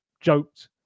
joked